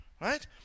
Right